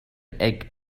egg